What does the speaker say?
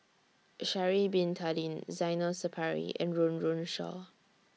Sha'Ari Bin Tadin Zainal Sapari and Run Run Shaw